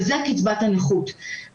וזאת קצבת הנכות.